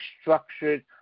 structured